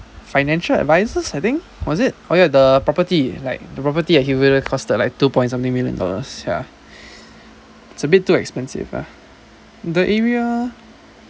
financial advisers I think was it orh ya the property like the property at hillview cost like two point something million dollars ya it's a bit too expensive lah the area